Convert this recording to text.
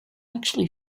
actually